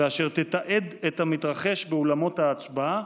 אשר תתעד את המתרחש באולמות ההצבעה